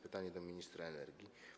Pytanie do ministra energii.